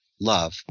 love